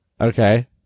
okay